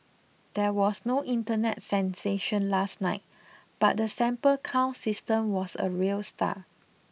there was no internet sensation last night but the sample count system was a real star